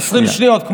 20 שניות,